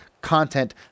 content